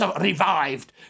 revived